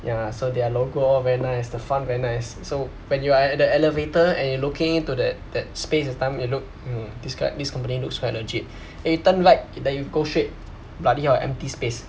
ya so their logo all very nice the front very nice so when you are at the elevator and you looking into that that space that time you look mm this gu~ this company looks quite legit and you turn right then you go straight bloody hell empty space